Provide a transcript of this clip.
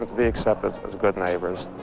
the acceptance as good neighbors